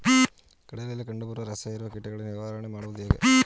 ಕಡಲೆಯಲ್ಲಿ ಕಂಡುಬರುವ ರಸಹೀರುವ ಕೀಟಗಳ ನಿವಾರಣೆ ಮಾಡುವುದು ಹೇಗೆ?